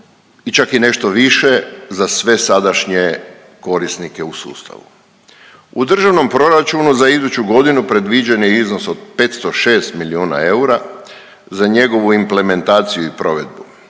i čak i nešto više za sve sadašnje korisnike u sustavu. U Državnom proračunu za iduću godinu predviđen je iznos od 506 milijuna eura za njegovu implementaciju i provedbu.